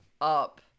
up